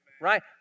right